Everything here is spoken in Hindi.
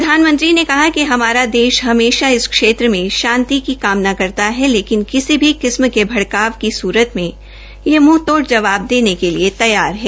प्रधानमंत्री ने कहा कि हमारा देश हमेश इस क्षेत्र मे शांति की कामना करता है लेकिन किसी भी किसम की भड़काव की सूरज में मुंह में यह मुंह तोड़ जवाब देने के लिए तैयार है